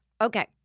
Okay